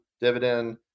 dividend